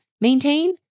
maintain